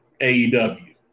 AEW